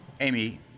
Amy